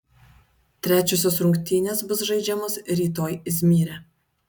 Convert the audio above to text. trečiosios rungtynės bus žaidžiamos rytoj izmyre